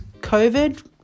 COVID